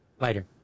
Later